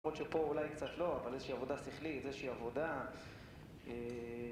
...שפה אולי קצת לא, אבל איזושהי עבודה שכלית, איזושהי עבודה...